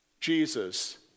Jesus